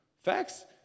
Facts